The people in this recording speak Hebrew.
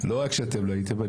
לא רק שאתם לא הייתם.